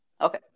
Okay